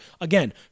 Again